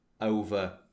over